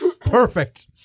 perfect